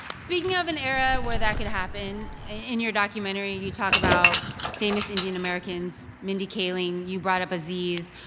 speaking of an era where that could happen, in your documentary, you talk about famous indian-americans mindy kaling. you brought up aziz.